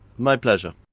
my pleasure.